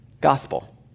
gospel